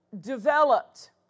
developed